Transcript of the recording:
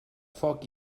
foc